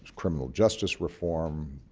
criminal justice reform,